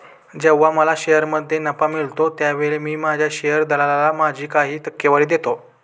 जेव्हा मला शेअरमध्ये नफा मिळतो त्यावेळी मी माझ्या शेअर दलालाला माझी काही टक्केवारी देतो